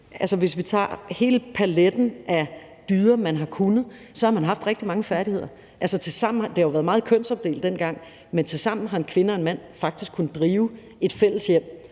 hvis vi tager hele paletten af dyder, man har kunnet, så har man haft rigtig mange færdigheder, og det har jo været meget kønsopdelt dengang, men tilsammen har en kvinde og en mand faktisk kunnet drive et fælles hjem.